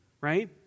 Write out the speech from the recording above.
right